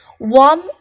Warm